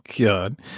God